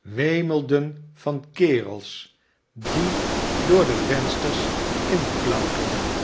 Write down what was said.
wemelden van kerels die door de vensters inklouterden